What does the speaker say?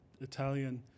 Italian